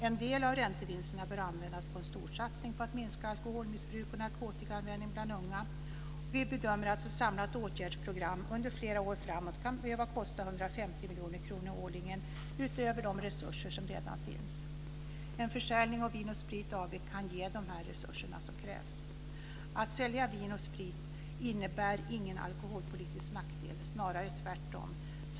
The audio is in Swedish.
En del av räntevinsterna bör användas till en storsatsning på att minska alkoholmissbruk och narkotikaanvändning bland unga. Vi bedömer att ett samlat åtgärdsprogram under flera år framåt kan behöva kosta 150 miljoner kronor årligen, utöver de resurser som redan finns. En försäljning av Vin och Sprit AB kan ge de resurser som krävs. Att sälja Vin och Sprit AB innebär ingen alkoholpolitisk nackdel, snarare tvärtom.